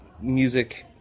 music